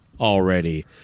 already